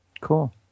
Cool